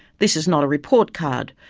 this is not a report card,